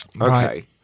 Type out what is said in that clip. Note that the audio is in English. Okay